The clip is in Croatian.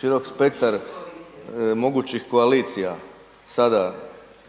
širok spektar mogućih koalicija sada